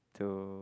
to